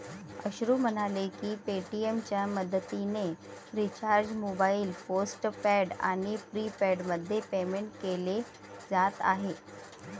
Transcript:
अश्रू म्हणाले की पेटीएमच्या मदतीने रिचार्ज मोबाईल पोस्टपेड आणि प्रीपेडमध्ये पेमेंट केले जात आहे